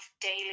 daily